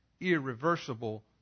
irreversible